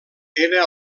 era